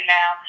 now